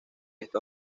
esto